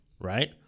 Right